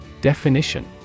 Definition